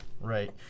Right